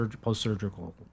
post-surgical